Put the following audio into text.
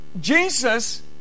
Jesus